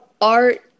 art